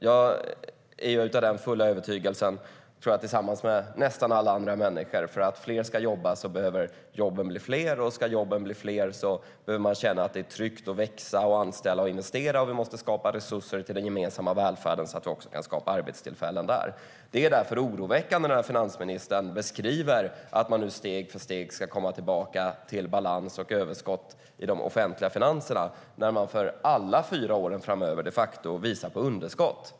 Jag är av den fulla övertygelsen - tillsammans med nästan alla andra människor, skulle jag tro - att om fler ska jobba så behöver jobben bli fler. Ska jobben bli fler behöver man känna att det är tryggt att växa, anställa och investera. Vi måste skapa resurser till den gemensamma välfärden så att vi också kan skapa arbetstillfällen där. Det är därför oroväckande när finansministern beskriver att man nu steg för steg ska komma tillbaka till balans och överskott i de offentliga finanserna, när man för alla fyra åren framöver de facto visar på underskott.